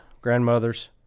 grandmothers